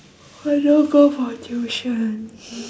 I don't go for tuition